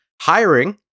hiring